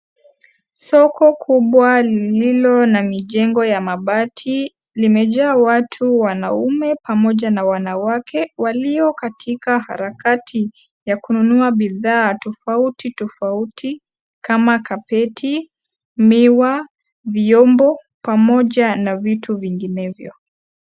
Soko kubwa lililo na mijengo ya mabati, limejaa watu wanaume pamoja na wanawake walio katika harakati ya kununua bidhaa tofauti tofauti kama kapeti ,miwa ,vyombo pamoja na vitu vinginevyo.